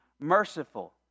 merciful